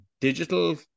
digital